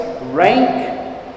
rank